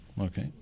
Okay